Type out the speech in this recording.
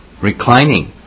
reclining